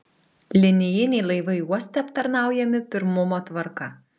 linijiniai laivai uoste aptarnaujami pirmumo tvarka